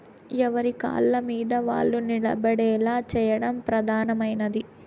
ఎవరి కాళ్ళమీద వాళ్ళు నిలబడేలా చేయడం ప్రధానమైనది